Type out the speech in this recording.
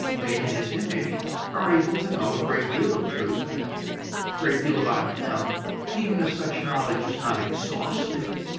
made in his image are able to know a great deal of truth and a great deal about him even if such knowledge is not exhaustive.